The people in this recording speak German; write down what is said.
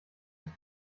sich